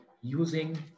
using